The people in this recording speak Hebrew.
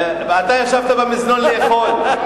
ואתה ישבת במזנון לאכול.